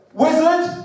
wizard